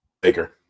Baker